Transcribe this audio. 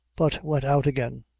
but went out again,